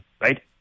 right